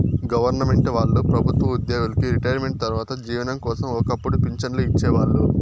government వాళ్ళు ప్రభుత్వ ఉద్యోగులకి రిటైర్మెంటు తర్వాత జీవనం కోసం ఒక్కపుడు పింఛన్లు ఇచ్చేవాళ్ళు